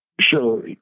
Sure